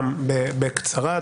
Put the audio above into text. בקצרה.